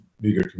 bigger